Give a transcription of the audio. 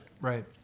Right